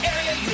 Area